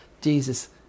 Jesus